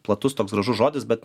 platus toks gražus žodis bet